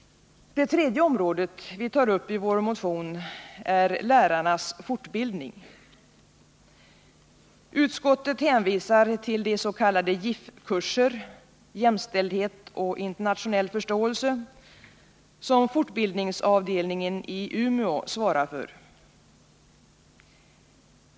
Det tredje området vi tar upp i vår motion är lärarnas fortbildning. Utskottet hänvisar till de s.k. JIF-kurser — kurser i jämställdhet och internationell förståelse — som fortbildningsavdelningen i Umeå svarar för.